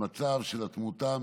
מבחינת התמותה,